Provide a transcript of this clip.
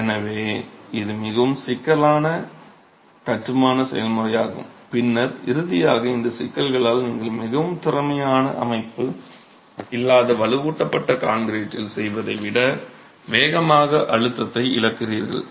எனவே இது மிகவும் சிக்கலான கட்டுமான செயல்முறையாகும் பின்னர் இறுதியாக இந்த சிக்கல்களால் நீங்கள் மிகவும் திறமையான அமைப்பு இல்லாத வலுவூட்டப்பட்ட கான்கிரீட்டில் செய்வதை விட வேகமாக அழுத்தத்தை இழக்கிறீர்கள்